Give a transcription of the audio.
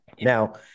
Now